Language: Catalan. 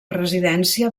residència